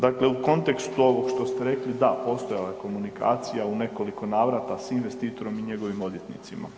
Dakle, u kontekstu ovog što ste rekli, da postojala je komunikacija u nekoliko navrata s investitorom i njegovim odvjetnicima.